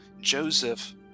Joseph